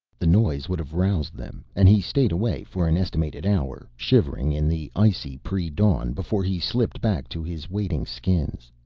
the noise would have roused them and he stayed away for an estimated hour, shivering in the icy predawn, before he slipped back to his waiting skins.